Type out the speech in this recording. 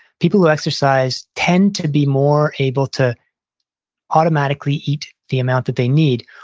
people who exercise tend to be more able to automatically eat the amount that they need.